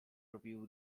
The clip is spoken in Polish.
robił